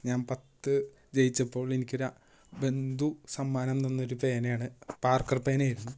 ഞാൻ പത്ത് ജയിച്ചപ്പോൾ എനിക്കൊരു ബന്ധു സമ്മാനം തന്ന ഒരു പേനയാണ് പാർക്കർ പേന ആയിരുന്നു